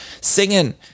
singing